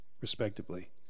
respectively